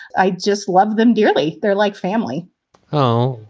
i just love them dearly. they're like family oh,